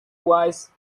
wise